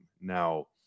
Now